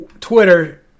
Twitter